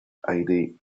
idea